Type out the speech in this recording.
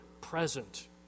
present